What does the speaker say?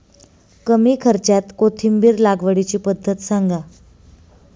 कमी खर्च्यात कोथिंबिर लागवडीची पद्धत सांगा